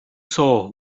saw